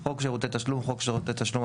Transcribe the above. "חוק שירותי תשלום" חוק שירותי תשלום,